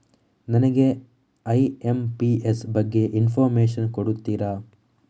ನನಗೆ ಐ.ಎಂ.ಪಿ.ಎಸ್ ಬಗ್ಗೆ ಇನ್ಫೋರ್ಮೇಷನ್ ಕೊಡುತ್ತೀರಾ?